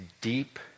deep